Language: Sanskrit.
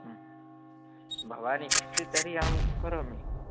भवानिच्छति तर्हि अहं करोमि